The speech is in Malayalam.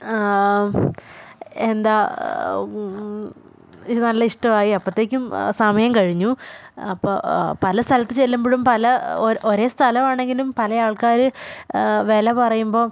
എന്താ ഇതു നല്ല ഇഷ്ടമായി അപ്പോഴത്തേക്കും സമയം കഴിഞ്ഞു അപ്പോൾ പല സ്ഥലത്ത് ചെല്ലുമ്പോഴും പല ഒരേ സ്ഥലമാണെങ്കിലും പല ആൾക്കാർ വില പറയുമ്പോൾ